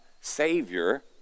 Savior